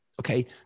okay